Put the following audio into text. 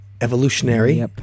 Evolutionary